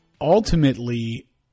ultimately